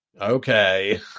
Okay